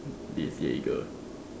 this is jaeger